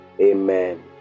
Amen